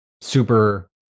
super